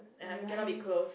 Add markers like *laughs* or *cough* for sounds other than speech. *laughs* we cannot be close